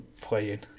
playing